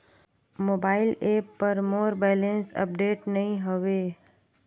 mobile app पर मोर balance update नई हवे